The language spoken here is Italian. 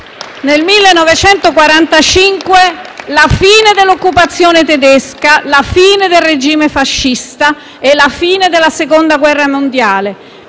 nel 1945, la fine dell'occupazione tedesca, la fine del regime fascista, la fine della Seconda Guerra Mondiale